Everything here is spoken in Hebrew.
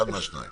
אחד מהשניים.